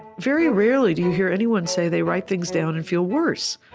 very rarely do you hear anyone say they write things down and feel worse.